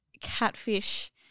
catfish